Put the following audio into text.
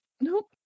Nope